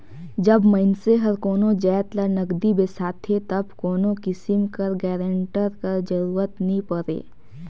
जब मइनसे हर कोनो जाएत ल नगदी बेसाथे तब कोनो किसिम कर गारंटर कर जरूरत नी परे